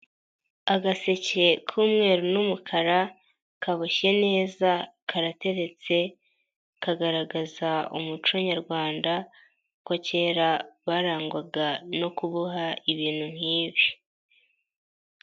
Agaseke k'umweru n'umukara kaboshye neza karateretse, kagaragaza umuco nyarwanda ko kera barangwaga no kuboha ibintu nk'ibi.